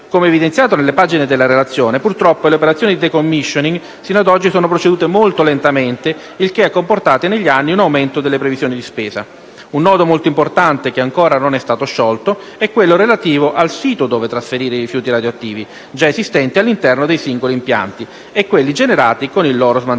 Come evidenziato nelle pagine della relazione, purtroppo le operazioni di *decomissioning* sino ad oggi hanno proceduto molto lentamente, il che ha comportato negli anni un aumento delle previsioni di spesa. Un nodo molto importante che ancora non è stato sciolto è quello relativo al sito dove trasferire i rifiuti radioattivi già esistenti all'interno dei singoli impianti e quelli generati con il loro smantellamento,